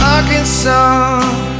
Arkansas